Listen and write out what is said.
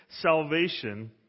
salvation